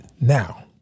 now